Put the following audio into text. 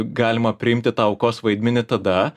galima priimti tą aukos vaidmenį tada